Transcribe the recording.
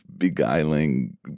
beguiling